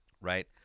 right